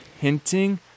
hinting